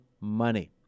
money